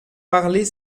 parler